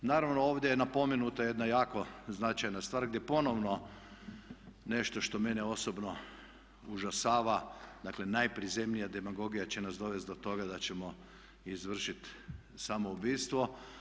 Naravno ovdje je napomenuta jedna jako značajna stvar gdje ponovno nešto što mene osobno užasava, dakle najprizemnija demagogija će nas dovesti do toga da ćemo izvršit samoubojstvo.